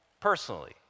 personally